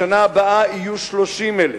בשנה הבאה יהיו 30,000,